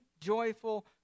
joyful